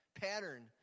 pattern